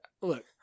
Look